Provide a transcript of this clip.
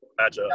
matchup